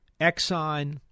Exxon